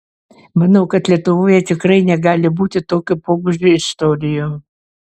manau kad lietuvoje tikrai negali būti tokio pobūdžio istorijų